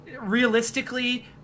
realistically